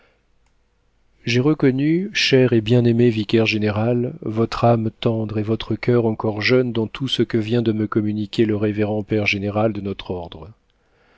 j'ai reconnu cher et bien-aimé vicaire-général votre âme tendre et votre coeur encore jeune dans tout ce que vient de me communiquer le révérend père général de notre ordre